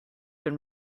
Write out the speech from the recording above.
been